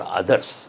others